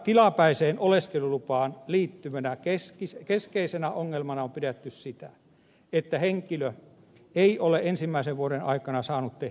tilapäiseen oleskelulupaan liittyvänä keskeisenä ongelmana on pidetty sitä että henkilö ei ole ensimmäisen vuoden aikana saanut tehdä työtä